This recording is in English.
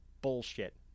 bullshit